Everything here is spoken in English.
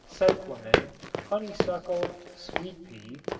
cyclamen, honeysuckle, sweet pea,